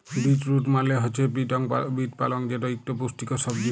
beet root মালে হছে beet পালং যেট ইকট পুষ্টিকর সবজি